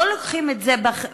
לא מביאים את זה בחשבון